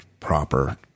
Proper